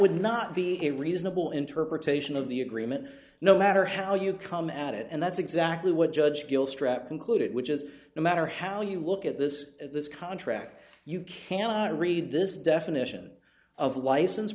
would not be a reasonable interpretation of the agreement no matter how you come at it and that's exactly what judge concluded which is no matter how you look at this this contract you cannot read this definition of license